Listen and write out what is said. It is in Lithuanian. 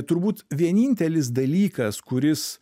turbūt vienintelis dalykas kuris